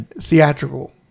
theatrical